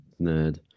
nerd